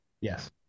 Yes